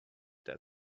that